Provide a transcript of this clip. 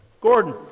Gordon